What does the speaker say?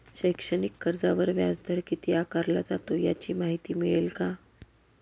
शैक्षणिक कर्जावर व्याजदर किती आकारला जातो? याची माहिती मिळेल का?